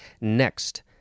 Next